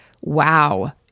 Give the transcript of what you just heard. wow